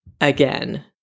Again